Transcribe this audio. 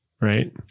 right